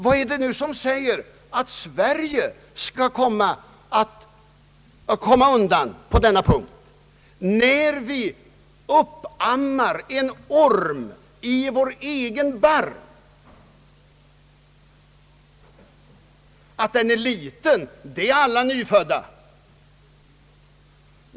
Vad är det som säger att Sverige skulle komma undan på denna punkt? Vi när en orm vid vår egen barm, och det förhål landet att den är liten är helt normalt — det är alla nyfödda.